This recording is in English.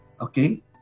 okay